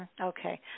Okay